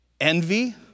envy